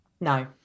No